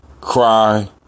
Cry